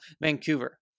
Vancouver